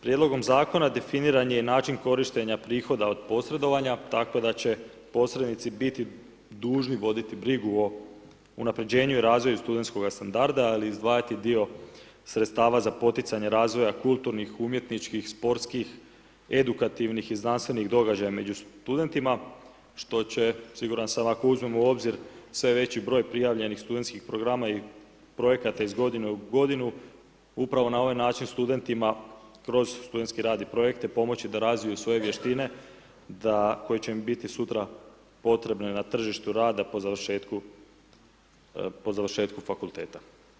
Prijedlogom zakona definiran je i način korištenja prihoda od posredovanja, tako da će posrednici biti dužni voditi brigu o unapređenju i razvoju studentskoga standarda, ali i izdvajati dio sredstava za poticanje razvoja kulturnih, umjetničkih sportskih, edukativnih i znanstvenih događaja među studentima, što će siguran sam ako uzmemo u obzir sve veći broj prijavljenih studentskih programa i projekta iz godine u godinu pravo na ovaj način studentima, kroz studentski rad i projekte pomoći da razviju svoje vještine, koji će im biti sutra potrebne na tržištu rada po završetku fakulteta.